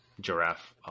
giraffe